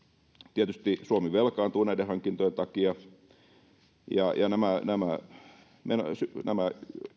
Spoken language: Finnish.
tietysti suomi velkaantuu näiden hankintojen takia ja nämä nämä